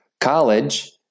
college